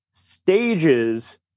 stages